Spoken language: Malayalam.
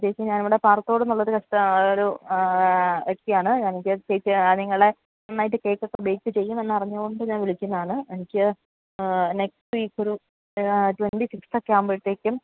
ചേച്ചി ഞാനിവിടെ പാറത്തോടിന്നുള്ളൊരു ഒരു വ്യക്തിയാണ് എനിക്ക് ചേച്ചി ഞാൻ നിങ്ങളേ നന്നായിട്ട് കേക്കൊക്കെ ബേക്ക് ചെയ്യുമെന്നറിഞ്ഞതുകൊണ്ട് ഞാൻ വിളിക്കുന്നതാണ് എനിക്ക് നെക്സ്റ്റ് വീക്കൊരു ട്വൻ്റി സിക്സ്ത്തൊക്കെ ആവുമ്പോഴത്തേക്കും